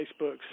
Facebooks